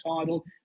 title